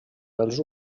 dels